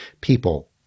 People